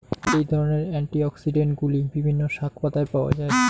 এই ধরনের অ্যান্টিঅক্সিড্যান্টগুলি বিভিন্ন শাকপাতায় পাওয়া য়ায়